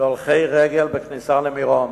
להולכי רגל בכניסה למירון,